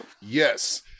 Yes